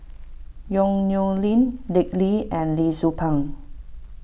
Yong Nyuk Lin Dick Lee and Lee Tzu Pheng